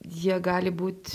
jie gali būt